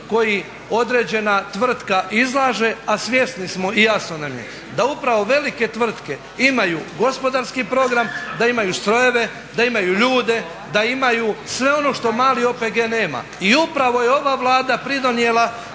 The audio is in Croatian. koji određena tvrtka izlaže, a svjesni smo i jasno nam je da upravo velike tvrtke imaju gospodarski program, da imaju strojeve, da imaju ljude, da imaju sve ono što mali OPG nema i upravo je ova Vlada pridonijela